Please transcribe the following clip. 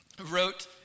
wrote